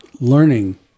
learning